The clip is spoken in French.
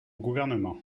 gouvernement